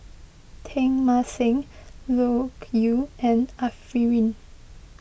Teng Mah Seng Loke Yew and Arifin